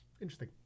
Interesting